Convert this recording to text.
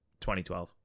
2012